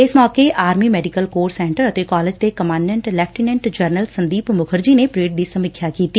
ਇਸ ਮੌਕੇ army medical corps centre ਅਤੇ ਕਾਲਜ ਦੇ commandant lieutenant general Sandeep Mukherjee ਨੇ ਪਰੇਡ ਦੀ ਸਮੀਖਿਆ ਕੀਤੀ